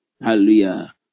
Hallelujah